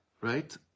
right